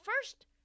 first